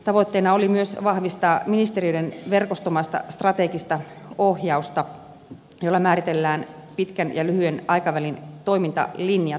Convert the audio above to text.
tavoitteena oli myös vahvistaa ministeriöiden verkostomaista strategista ohjausta jolla määritellään pitkän ja lyhyen aikavälin toimintalinjat